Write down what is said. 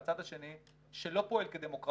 והצד השני, שלא פועל כדמוקרטיה